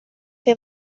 fer